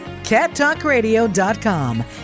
cattalkradio.com